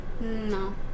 No